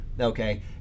okay